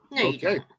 Okay